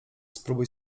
spróbuj